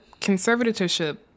conservatorship